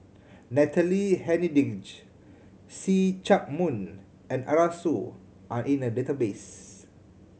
Natalie Hennedige See Chak Mun and Arasu are in the database